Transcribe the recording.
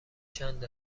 چند